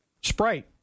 Sprite